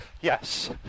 Yes